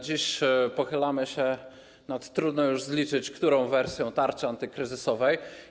Dziś pochylamy się nad trudno już zliczyć którą wersją tarczy antykryzysowej.